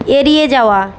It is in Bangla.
এড়িয়ে যাওয়া